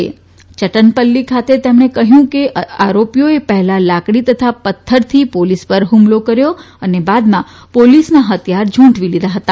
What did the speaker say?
યટનપલ્લી ખાતે તમણે કહ્યું કે આરોપીઓએ પહેલા લાકડીતથા પથ્થરથી પોલીસ પર હ્મલો કર્યો અને બાદમાં પોલીસના ફથિથાર ઝુંટવી લીધા હતા